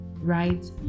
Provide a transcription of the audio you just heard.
right